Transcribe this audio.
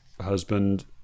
husband